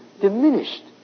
diminished